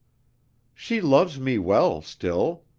she loves me well, still.